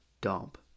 dump